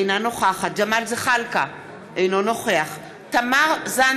אינה נוכחת ג'מאל זחאלקה, אינו נוכח תמר זנדברג,